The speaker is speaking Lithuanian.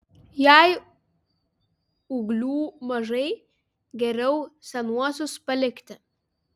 jei ūglių mažai geriau senuosius palikti